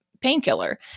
painkiller